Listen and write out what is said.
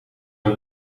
een